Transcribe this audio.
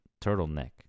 turtleneck